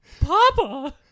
Papa